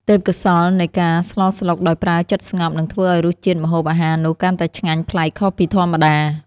ទេពកោសល្យនៃការស្លស្លុកដោយប្រើចិត្តស្ងប់នឹងធ្វើឱ្យរសជាតិម្ហូបអាហារនោះកាន់តែឆ្ងាញ់ប្លែកខុសពីធម្មតា។